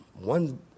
one